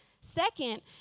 Second